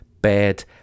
bad